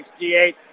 68